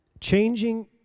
changing